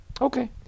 Okay